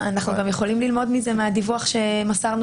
אנחנו גם יכולים ללמוד מהדיווח שמסרנו